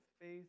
faith